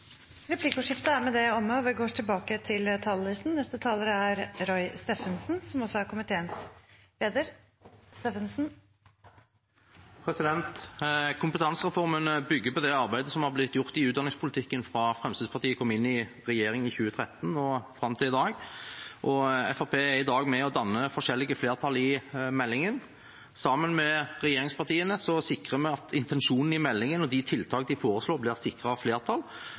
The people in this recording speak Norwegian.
Replikkordskiftet er omme. Kompetansereformen bygger på det arbeidet som har blitt gjort i utdanningspolitikken fra Fremskrittspartiet kom inn i regjering i 2013 og fram til i dag, og Fremskrittspartiet er i dag med og danner forskjellige flertall i innstillingen. Sammen med regjeringspartiene sikrer vi at intensjonen i meldingen og de tiltak som foreslås, blir sikret av et flertall,